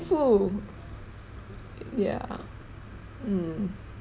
yeah mm